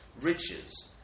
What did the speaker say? riches